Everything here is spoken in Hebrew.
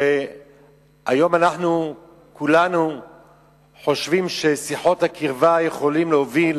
כשהיום כולנו חושבים ששיחות הקרבה יכולות להוביל